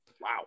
Wow